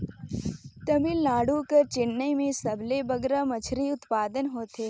तमिलनाडु कर चेन्नई में सबले बगरा मछरी उत्पादन होथे